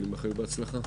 אני מאחל לך בהצלחה.